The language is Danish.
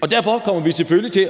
og derfor kommer vi selvfølgelig til